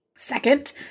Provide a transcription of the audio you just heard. Second